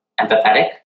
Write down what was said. empathetic